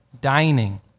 dining